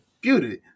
beauty